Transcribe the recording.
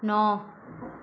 नौ